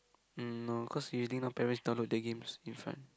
mm no cause usually now parents download their games in front